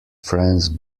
france